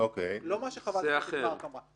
לא מה שחברת הכנסת מארק אמרה.